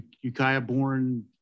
Ukiah-born